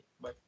Bye